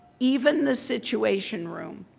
even the situation room,